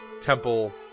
Temple